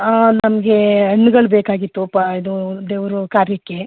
ಹಾಂ ನಮಗೆ ಹಣ್ಣ್ಗಳು ಬೇಕಾಗಿತ್ತು ಪ ಇದು ದೇವ್ರ ಕಾರ್ಯಕ್ಕೆ